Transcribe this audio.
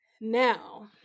now